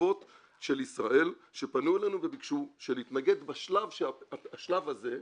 וחשובות של ישראל שפנו אלינו וביקשו שנתנגד בשלב הזה,